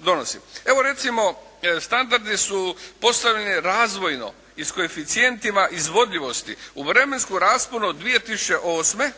donosi. Evo recimo standardi su postavljeni razvojno i s koeficijentima izvodljivosti u vremenskom rasponu od 2008.